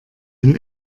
den